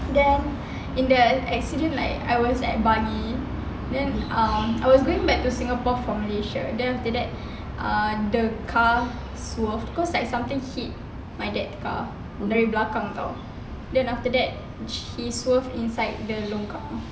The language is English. then in the accident like I was at bali then I was going back to singapore from malaysia then after that uh the car swerved cause like something hit my dad's car dari belakang [tau] then after that he swerved inside the longkang